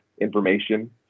information